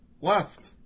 left